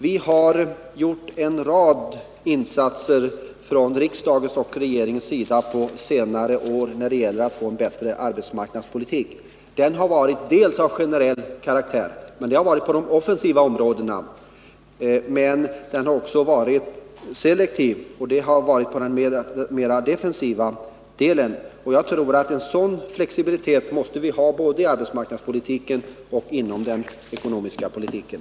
Det har på senare år gjorts en rad insatser från riksdagens och regeringens sida när det gäller att få en bättre arbetsmarknadspolitik. De har varit dels av generell karaktär — på de offensiva områdena — dels av selektiv karaktär — på den mera defensiva delen. En sådan flexibilitet tror jag vi måste ha både i arbetsmarknadspolitiken och inom den ekonomiska politiken.